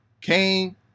Kane